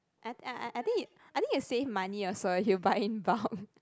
I I I think it I think is save money also you buying bound